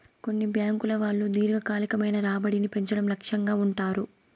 కొన్ని బ్యాంకుల వాళ్ళు దీర్ఘకాలికమైన రాబడిని పెంచడం లక్ష్యంగా ఉంటారు